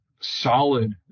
solid